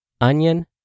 Onion